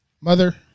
Mother